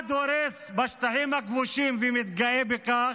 אחד הורס בשטחים הכבושים ומתגאה בכך,